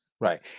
Right